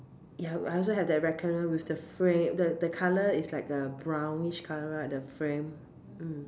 ya I also have that rectangular with the frame the the colour is like a brownish colour right the frame mm